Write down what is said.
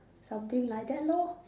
something like that lor